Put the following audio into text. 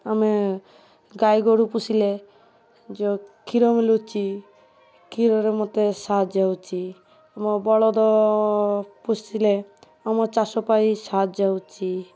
ଆମେ ଗାଈ ଗୋରୁ ପୋଷିଲେ ଯେଉଁ କ୍ଷୀର ମିଳୁଛି କ୍ଷୀରରେ ମୋତେ ସାହାଯ୍ୟ ହେଉଛି ଆମ ବଳଦ ପୋଷିଲେ ଆମ ଚାଷ ପାଇଁ ସାହାଯ୍ୟ ହେଉଛି